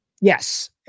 Yes